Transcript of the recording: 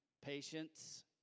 patience